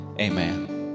amen